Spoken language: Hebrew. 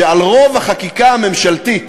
שעל רוב החקיקה הממשלתית